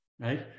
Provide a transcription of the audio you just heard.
Right